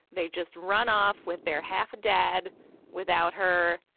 they just run off with their half dad without her.